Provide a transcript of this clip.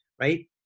right